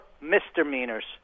misdemeanors